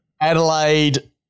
Adelaide